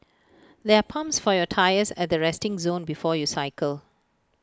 there are pumps for your tyres at the resting zone before you cycle